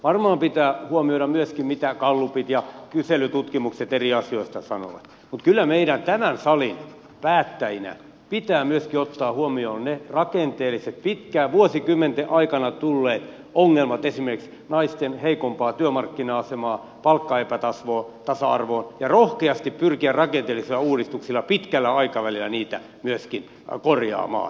varmaan pitää huomioida myöskin se mitä gallupit ja kyselytutkimukset eri asioista sanovat mutta kyllä meidän tämän salin päättäjinä pitää myöskin ottaa huomioon ne rakenteelliset vuosikymmenten aikana tulleet ongelmat esimerkiksi naisten heikompi työmarkkina asema palkkaepätasa arvo ja rohkeasti pyrkiä rakenteellisilla uudistuksilla pitkällä aikavälillä niitä myöskin korjaamaan